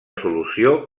solució